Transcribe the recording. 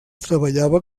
treballava